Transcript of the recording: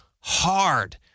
hard